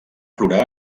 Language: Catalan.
plorar